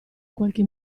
qualche